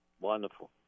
Wonderful